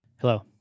Hello